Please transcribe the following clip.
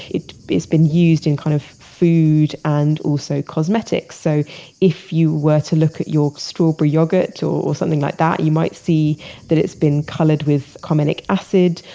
it has been used in kind of food and also cosmetics. so if you were to look at your strawberry yogurt or something like that, you might see that it's been colored with carminic acid,